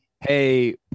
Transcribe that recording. Hey